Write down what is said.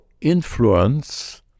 influence